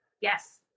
Yes